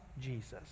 Jesus